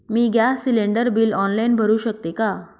मी gas cylinder bill online भरु शकते का?